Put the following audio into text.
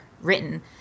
written